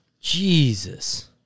Jesus